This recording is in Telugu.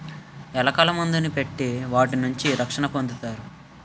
ఎలకల మందుని పెట్టి వాటి నుంచి రక్షణ పొందుతారు